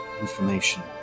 information